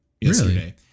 yesterday